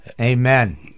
Amen